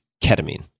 ketamine